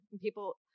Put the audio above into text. People